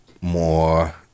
more